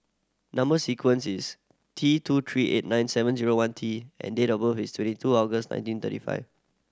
number sequence is T two three eight nine seven zero one T and date of birth is twenty two August nineteen thirty five